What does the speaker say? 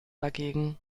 dagegen